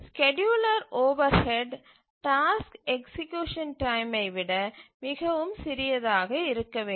scheduler overhead task execution டைமை விட மிகவும் சிறியதாக இருக்க வேண்டும்